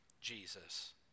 Jesus